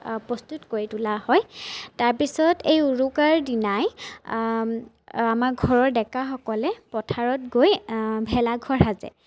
প্ৰস্তুত কৰি তোলা হয় তাৰপিছত এই উৰুকাৰ দিনাই আমাৰ ঘৰৰ ডেকাসকলে পথাৰত গৈ ভেলাঘৰ সাজে